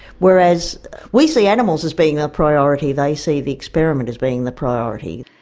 whereas we see animals as being the priority, they see the experiment as being the priority.